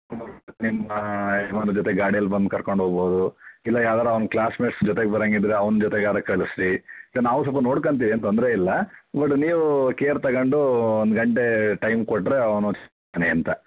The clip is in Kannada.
ನಿಮ್ಮ ಯಜಮಾನರ ಜೊತೆ ಗಾಡಿಯಲ್ಲಿ ಬಂದು ಕರ್ಕೊಂಡು ಹೋಗ್ಬೋದು ಇಲ್ಲ ಯಾವ್ದಾರೂ ಅವ್ನ ಕ್ಲಾಸ್ಮೇಟ್ಸ್ ಜೊತೆ ಬರೋಂಗಿದ್ರೆ ಅವ್ನ ಜೊತೆಗಾರೂ ಕಳಿಸ್ರಿ ಇಲ್ಲ ನಾವೂ ಸ್ವಲ್ಪ ನೋಡ್ಕೊಂತೀವಿ ಏನೂ ತೊಂದರೆ ಇಲ್ಲ ಬಟ್ ನೀವು ಕೇರ್ ತಗೊಂಡು ಒಂದು ಗಂಟೆ ಟೈಮ್ ಕೊಟ್ಟರೆ ಅವನು ಅಂತ